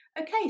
okay